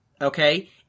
okay